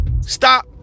Stop